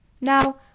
Now